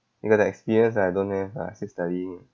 you got the experience ah I don't have ah I still studying